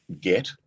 get